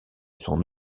son